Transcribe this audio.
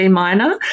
minor